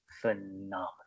phenomenal